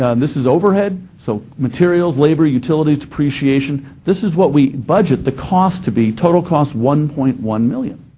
ah this is overhead. so materials, labor, utilities, depreciation, this is what we budget the cost to be, total cost one point one million.